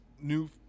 new